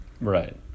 Right